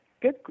Good